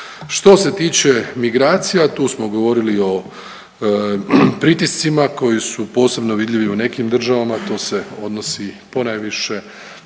Što se tiče migracija tu smo govorili o pritiscima koji su posebno vidljivi u nekim državama, to se odnosi ponajviše